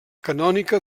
canònica